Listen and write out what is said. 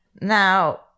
Now